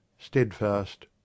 steadfast